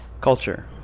culture